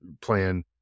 plan